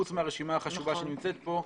חוץ מהרשימה החשובה שנמצאת כאן,